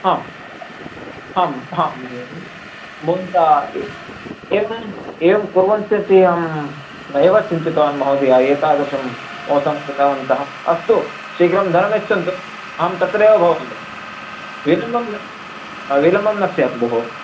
आम् आम् आम् महोदय भवन्तः ए एवं एवं कुर्वन्ति इति अहं नैव चिन्तितवान् महोदय एतादृशं मोसं कृतवन्तः अस्तु शीघ्रं धनं यच्छन्तु अहं तत्रैव भवामि विलम्बं न विलम्बं न स्यात् भोः